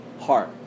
Heart